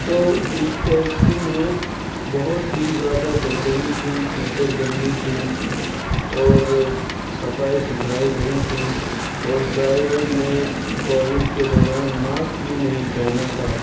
تو اس ٹیکسی میں بہت ہی زیادہ گندگی تھی سیٹے گندی تھی اور صفائی ستھرائی نہیں تھی اور ڈرائیور نے کووڈ کے دوران ماسک بھی نہیں پہنا تھا